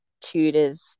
tutors